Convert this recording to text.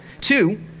Two